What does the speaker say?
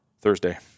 Thursday